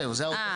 זהו, זה העודפים.